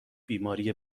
بیماری